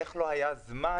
איך לא היה זמן